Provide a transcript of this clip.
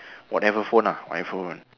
whatever phone ah iphone